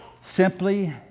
simply